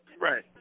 Right